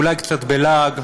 אולי קצת בלעג,